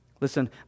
Listen